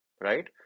right